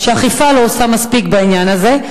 שהאכיפה לא עושה מספיק בעניין הזה.